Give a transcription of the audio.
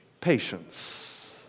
patience